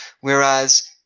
Whereas